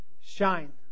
shine